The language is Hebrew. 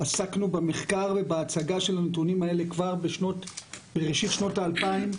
עסקנו במחקר ובהצגה של הנתונים האלה כבר בראשית שנות ה-2000,